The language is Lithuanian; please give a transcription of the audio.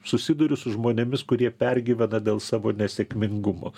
susiduriu su žmonėmis kurie pergyvena dėl savo nesėkmingumo